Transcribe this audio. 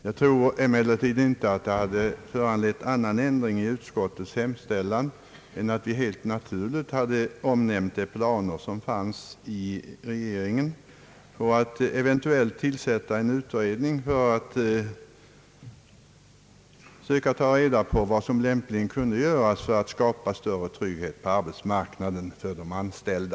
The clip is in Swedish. Jag tror emellertid inte att det hade föranlett annan ändring i utskottets utlåtande än att vi helt naturligt hade omnämnt regeringens planer på att eventuellt tillsätta en utredning för att söka ta reda på vad som lämpligen kan göras i syfte att skapa större trygghet för de anställda på arbetsmarknaden.